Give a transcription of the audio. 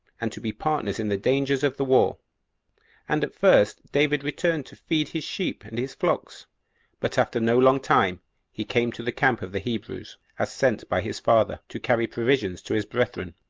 and to be partners in the dangers of the war and at first david returned to feed his sheep and his flocks but after no long time he came to the camp of the hebrews, as sent by his father, to carry provisions to his brethren,